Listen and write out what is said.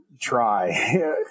try